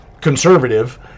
conservative